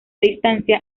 distancia